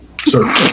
Sir